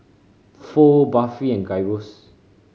Pho Barfi and Gyros